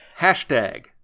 Hashtag